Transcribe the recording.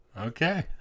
Okay